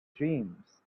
dreams